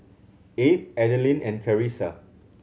Abe Adalyn and Carissa